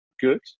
good